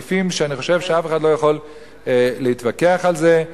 אלו סעיפים שאני חושב שאף אחד לא יכול להתווכח על זה.